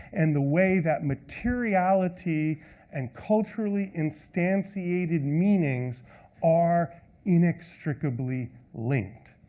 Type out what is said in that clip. and the way that materiality and culturally instantiated meanings are inextricably linked.